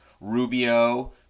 Rubio